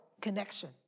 connection